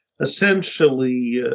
essentially